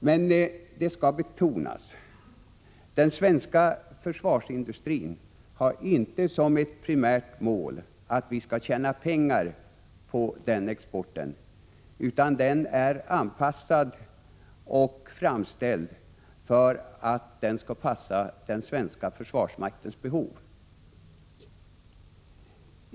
Det skall emellertid betonas att den svenska försvarsindustrin inte har som ett primärt mål att tjäna pengar på den exporten, utan exporten är anpassad till och framställd för den svenska försvarsmaktens behov.